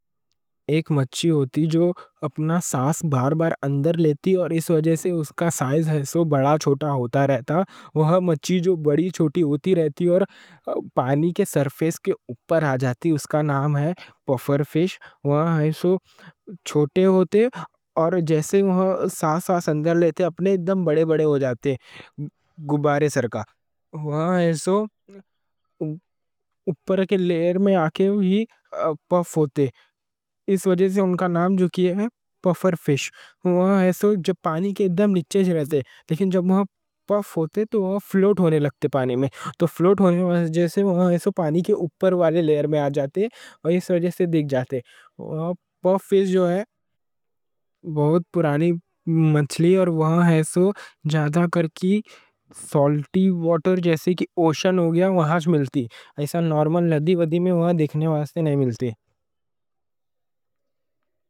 ایک مچھلی ہوتی جو اپنا سانس بار بار اندر لیتی اور اس وجہ سے اس کا سائز بڑا چھوٹا ہوتا رہتا وہ مچھلی جو بڑی چھوٹی ہوتی رہتی اور پانی کے سرفیس کے اوپر آجاتی، اس کا نام ہے پوفر فِش وہاں ایسے چھوٹے ہوتے اور جیسے وہاں سانس سانس اندر لیتے اپنے ایک دم بڑے بڑے ہوجاتے، غبارے سرکا، وہاں ایسے اوپر کے لیئر میں آکے بھی پوف ہوتے اس وجہ سے ان کا نام جو کی ہے پوفر فِش وہاں ایسے جو پانی کے ایک دم نیچے رہتے لیکن جب وہاں پوف ہوتے تو وہاں فلوٹ ہونے لگتے پانی میں تو فلوٹ ہونے والے جیسے وہاں ایسے پانی کے اوپر والے لیئر میں آجاتے اور اس وجہ سے دیکھ جاتے وہاں پوفر فِش جو ہے بہت پرانی مچھلی اور وہاں ایسے زیادہ کر کی سالٹی واٹر جیسے کی اوشن ہوگیا وہاں جا ملتی ایسا نارمل لڈی وڈی میں وہاں دیکھنے واسطے نہیں ملتی